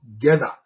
together